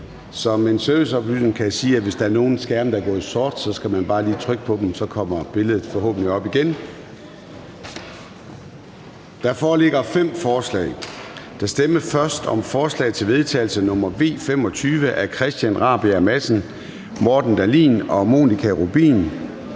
Som en serviceoplysning kan jeg sige, at hvis der er nogen skærme, der er gået i sort, skal man bare lige trykke på dem, og så kommer billedet forhåbentlig op igen. Der foreligger fem forslag. Der stemmes først om forslag til vedtagelse nr. V 25 af Christian Rabjerg Madsen (S), Morten Dahlin (V) og Monika Rubin